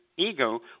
ego